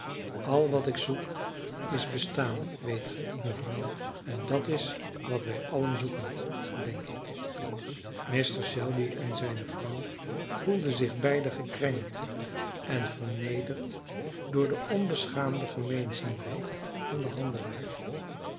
al wat ik zoek is bestaan weet ge mevrouw en dat is wat wij allen zoeken denk ik mr shelby en zijne vrouw voelden zich beiden gekrenkt en vernederd door de onbeschaamde gemeenzaamheid van den handelaar